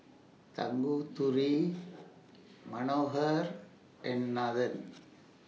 Tanguturi Manohar and Nathan